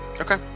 Okay